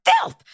filth